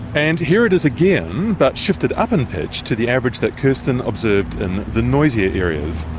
and here it is again but shifted up in pitch to the average that kirsten observed in the noisier areas